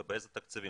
ובאיזה תקציבים.